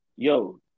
Yo